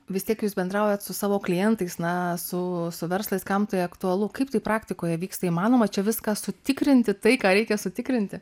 vis tiek jūs bendraujate su savo klientais na su su verslais kam tai aktualu kaip tai praktikoje vyksta įmanoma čia viską sutikrinti tai ką reikia sutikrinti